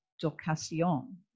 d'occasion